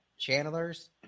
channelers